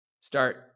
start